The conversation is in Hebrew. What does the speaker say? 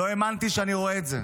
לא האמנתי שאני רואה את זה.